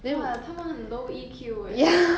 !wah! 他们很多 low E_Q eh